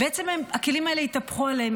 בעצם הכלים האלה התהפכו עליהן,